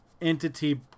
entity